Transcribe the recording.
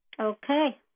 Okay